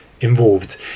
involved